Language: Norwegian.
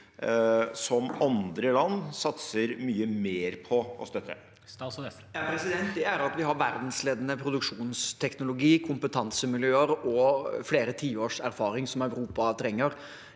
som andre land satser mye mer på å støtte? Statsråd Jan Christian Vestre Det er at vi har verdensledende produksjonsteknologi, kompetansemiljøer og flere tiårs erfaring som Europa trenger.